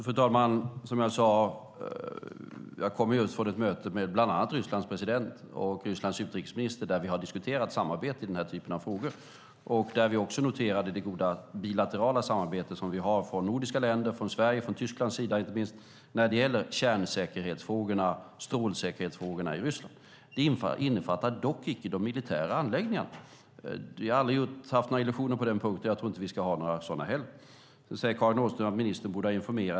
Fru talman! Jag kommer just från ett möte med bland annat Rysslands president och utrikesminister där vi har diskuterat samarbete i den typen av frågor. Vi noterade också det goda bilaterala samarbete vi har från de nordiska ländernas sida, inte minst Sveriges och Tysklands sida, när det gäller kärnsäkerhetsfrågorna och strålsäkerhetsfrågorna i Ryssland. Det innefattar dock inte de militära anläggningarna. Jag har aldrig haft några illusioner på den punkten, och jag tror inte att vi ska ha några sådana heller. Karin Åström säger att ministern borde ha informerat.